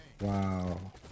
wow